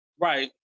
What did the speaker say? Right